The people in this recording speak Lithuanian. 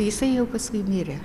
jisai jau paskui mirė